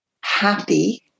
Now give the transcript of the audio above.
happy